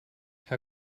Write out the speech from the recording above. how